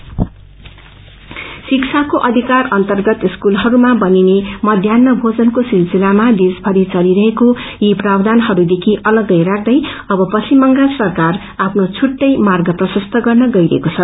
mid day meal शिक्षाको अधिकार अर्न्तगत स्कूलहरूमा बनिने मध्यान्ह भोजनको सिलसिलामा देश भरि चलिरहेको यी प्रावधानहरूलाई अतम्गै राख्दै अब पश्चिम बांगल सरकार आफ्नो छुट्टै मार्ग प्रशस्त गर्न गइरहेको छ